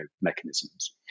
mechanisms